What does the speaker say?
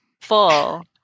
full